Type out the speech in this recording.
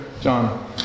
John